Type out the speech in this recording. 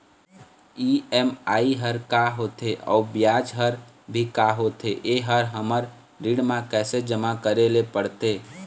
EMI हर का होथे अऊ ब्याज हर भी का होथे ये हर हमर ऋण मा कैसे जमा करे ले पड़ते?